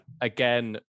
Again